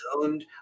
owned